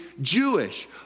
Jewish